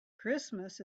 christmas